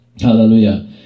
hallelujah